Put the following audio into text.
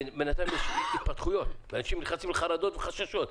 בינתיים יש התפתחויות ואנשים נכנסים לחרדות וחששות.